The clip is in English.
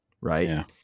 right